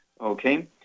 Okay